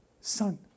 son